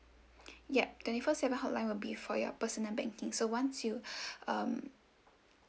ya twenty four seven hotline would be for your personal banking so once you um